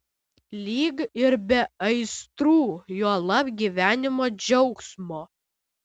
lyg ir be aistrų juolab gyvenimo džiaugsmo